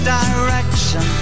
direction